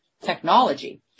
technology